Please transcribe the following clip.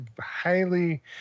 highly